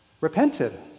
repented